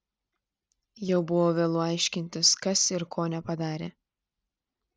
jau buvo vėlu aiškintis kas ir ko nepadarė